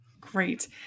Great